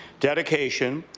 dedication,